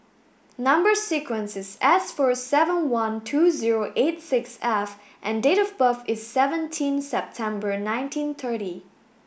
number sequence is S four seven one two zero eight six F and date of birth is seventeen September nineteen thirty